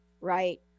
right